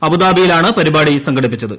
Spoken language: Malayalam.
അബുദാബിയിലാണ് പരിപാടി സംഘടിപ്പിച്ചത്